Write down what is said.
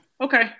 Okay